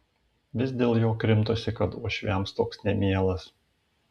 vis dėl jo krimtosi kad uošviams toks nemielas